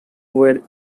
were